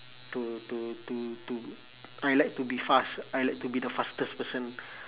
to to to to I like to be fast I like to be the fastest person